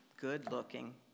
good-looking